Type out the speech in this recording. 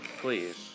please